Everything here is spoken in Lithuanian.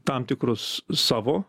tam tikrus savo